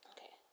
Okay